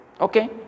Okay